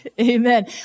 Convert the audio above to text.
amen